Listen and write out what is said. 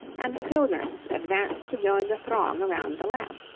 and the pilgrims, advance to join the throng around the lamb.